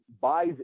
buys